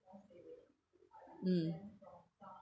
mm